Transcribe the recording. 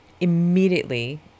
immediately